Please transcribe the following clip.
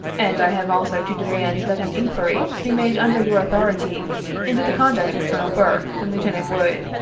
and i have also to demand that an iuquiry be made under your authority into the conduct of colonel burke and lieutenant wood,